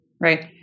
Right